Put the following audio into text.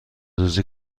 روزی